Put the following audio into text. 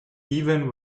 even